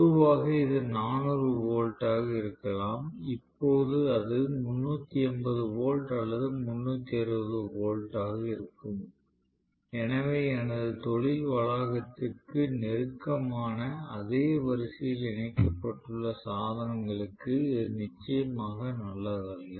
பொதுவாக இது 400 வோல்ட் ஆக இருக்கலாம் இப்போது அது 380 வோல்ட் அல்லது 360 வோல்ட் ஆக இருக்கும் எனவே எனது தொழில் வளாகத்திற்கு நெருக்கமான அதே வரிசையில் இணைக்கப்பட்டுள்ள சாதனங்களுக்கு இது நிச்சயமாக நல்லதல்ல